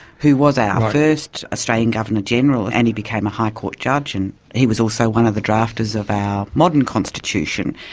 who was our first australian governor general and he became a high court judge and he was also one of the drafters of our modern constitution,